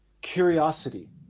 curiosity